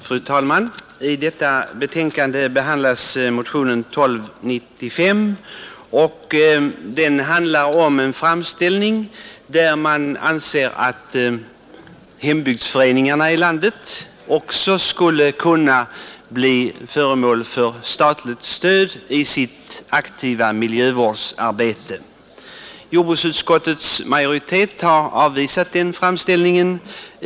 Fru talman! I detta betänkande behandlas motionen 1295, som siktar till att hembygdsföreningarna i landet borde bli föremål för statligt stöd i sitt aktiva miljövårdsarbete. Jordbruksutskottets majoritet har avvisat framställningen.